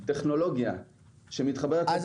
טכנולוגיה שמתחברת.